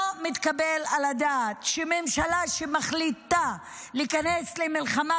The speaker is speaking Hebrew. לא מתקבל על הדעת שממשלה שמחליטה להיכנס למלחמה,